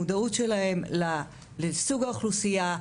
המודעות שלהן לסוג האוכלוסייה,